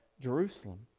Jerusalem